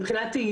אני אגיד שוב,